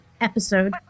episode